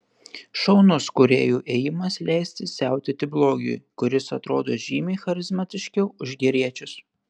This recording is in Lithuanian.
šaunus kūrėjų ėjimas leisti siautėti blogiui kuris atrodo žymiai charizmatiškiau už geriečius